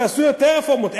תעשו יותר רפורמות,